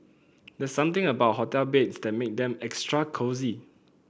there's something about hotel beds that make them extra cosy